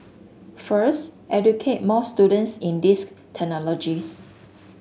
first educate more students in these technologies